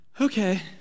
Okay